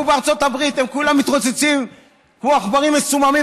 הוא בארצות הברית והם כולם מתרוצצים כמו עכברים מסוממים,